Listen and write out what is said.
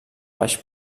baix